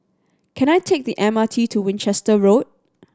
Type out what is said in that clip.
can I take the M R T to Winchester Road